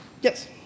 Yes